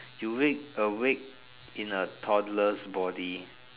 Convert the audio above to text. during a week in a toddler's body